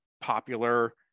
popular